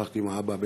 שוחחתי עם האבא,